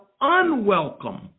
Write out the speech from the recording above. unwelcome